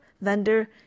vendor